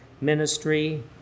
ministry